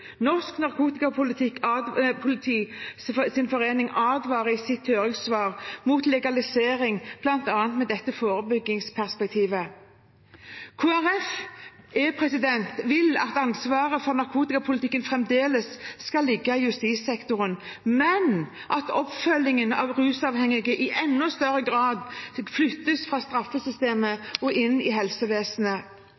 Norsk Narkotikapolitiforening advarer i sitt høringssvar mot legalisering, bl.a. med tanke på forebyggingsperspektivet. Kristelig Folkeparti vil at ansvaret for narkotikapolitikken fremdeles skal ligge i justissektoren, men at oppfølgingen av rusavhengige i enda større grad flyttes fra straffesystemet